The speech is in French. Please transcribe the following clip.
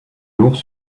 lourds